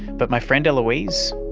but my friend eloise?